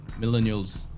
Millennials